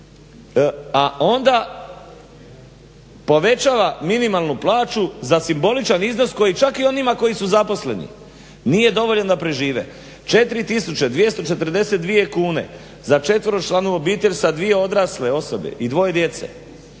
a onda povećava minimalnu plaću za simboličan iznos koji čak i onima koji su zaposleni nije dovoljan da prežive. 4242 kune za četveročlanu obitelj sa dvije odrasle osobe i dvoje djece